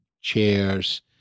chairs